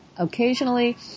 Occasionally